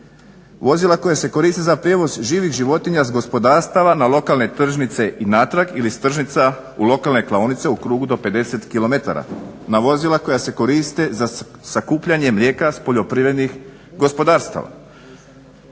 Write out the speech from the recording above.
vozila koja se koriste za prijevoz živih životinja s gospodarstava na lokalne tržnice i natrag ili s tržnica u lokalne klaonice u krugu do 50km, na vozila koja se koriste za sakupljanje mlijeka sa poljoprivrednih gospodarstava.